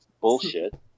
bullshit